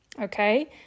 okay